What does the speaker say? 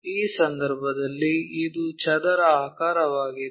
ಈ ಸಂದರ್ಭದಲ್ಲಿ ಇದು ಚದರ ಆಕಾರವಾಗಿದೆ